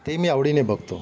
ते मी आवडीने बघतो